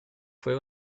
fue